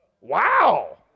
Wow